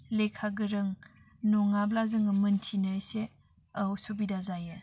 लेखा गोरों नङाब्ला जोङो मोनथिनो एसे असुबिदा जायो